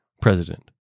president